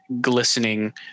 glistening